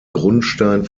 grundstein